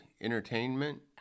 entertainment